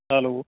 hello